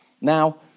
Now